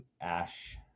Ash